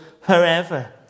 forever